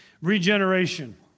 regeneration